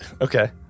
okay